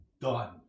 done